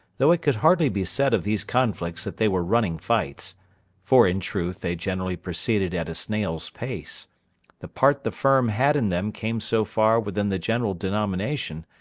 though it could hardly be said of these conflicts that they were running fights for in truth they generally proceeded at a snail's pace the part the firm had in them came so far within the general denomination,